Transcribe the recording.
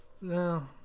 No